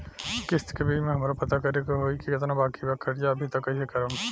किश्त के बीच मे हमरा पता करे होई की केतना बाकी बा कर्जा अभी त कइसे करम?